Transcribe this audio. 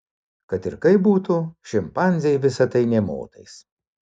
kad ir kaip būtų šimpanzei visa tai nė motais